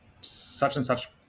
such-and-such